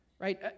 right